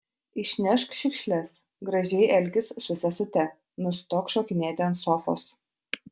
išnešk šiukšles gražiai elkis su sesute nustok šokinėti ant sofos